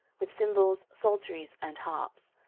with cymbals, psalteries, and harps,